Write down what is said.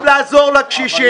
במקום לעזור לקשישים.